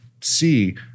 see